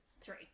Three